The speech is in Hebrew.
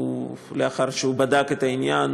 לאחר שהוא בדק את העניין,